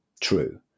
true